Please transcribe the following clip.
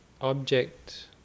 object